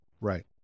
Right